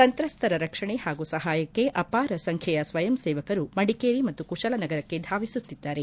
ಸಂತ್ರಸ್ತರ ರಕ್ಷಣೆ ಹಾಗೂ ಸಹಾಯಕ್ಕೆ ಅಪಾರ ಸಂಖ್ಯೆಯ ಸ್ವಯಂಸೇವಕರು ಮಡಿಕೇರಿ ಮತ್ತು ಕುಶಾಲನಗರಕ್ಕೆ ಧಾವಿಸುತ್ತಿದ್ದಾರೆ